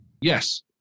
Yes